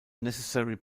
necessary